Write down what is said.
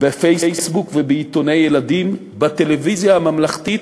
בפייסבוק, בעיתוני ילדים, בטלוויזיה הממלכתית,